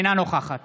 אינה נוכחת